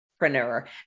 entrepreneur